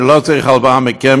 אני לא צריך הלוואה מכם,